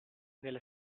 nella